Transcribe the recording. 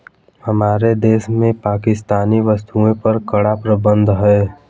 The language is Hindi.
हमारे देश में पाकिस्तानी वस्तुएं पर कड़ा प्रतिबंध हैं